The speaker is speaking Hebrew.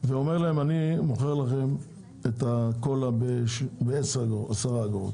ואומר אני מוכר לכם את הקולה בעשר אגורות